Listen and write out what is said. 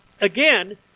again